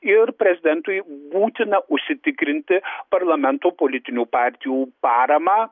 ir prezidentui būtina užsitikrinti parlamento politinių partijų paramą